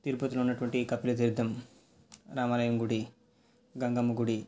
తిరుపతిలో ఉన్నటువంటి కపిలతీర్థం రామాలయం గుడి గంగమ్మ గుడి